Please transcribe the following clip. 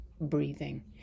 breathing